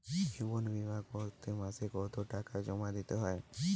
জীবন বিমা করতে মাসে কতো টাকা জমা দিতে হয়?